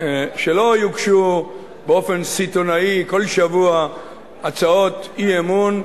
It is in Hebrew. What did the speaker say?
שלא יוגשו באופן סיטוני בכל שבוע הצעות אי-אמון,